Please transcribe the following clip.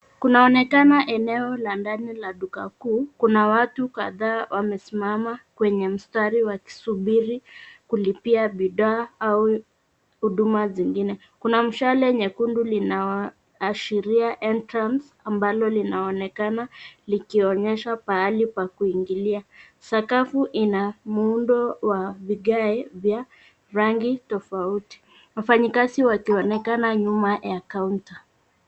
Kunaonekana eneo la ndani la duka kuu. Kuna watu kadhaa wamesimama kwenye mstari wakisubiri kulipia bidhaa au huduma zingine. Kuna mshale nyekundu linaashiria entrance ambalo linaonekana likionyesha pahali pa kuingilia. Sakafu ina muundo wa vigae vya rangi tofauti. Wafanyakazi wakionekana nyuma ya kaunta.